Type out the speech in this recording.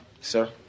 Sir